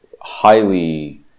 highly